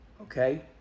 okay